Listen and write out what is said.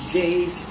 days